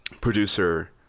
producer